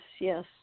yes